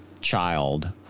child